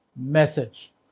message